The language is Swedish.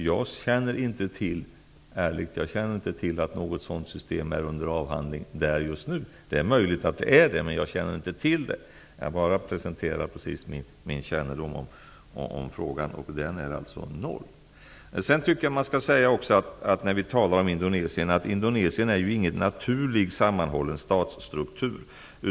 Jag känner ärligt inte till att något sådant system är under avhandling just nu. De är möjligt att det är det, men jag känner inte till det. Jag bara presenterar min kännedom om frågan, och den är alltså noll. Indonesien är ingen naturligt sammanhållen statsstruktur.